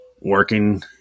working